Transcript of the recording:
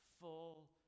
full